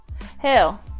Hell